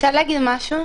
אפשר להגיד משהו?